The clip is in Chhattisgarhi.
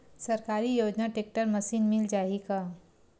सरकारी योजना टेक्टर मशीन मिल जाही का?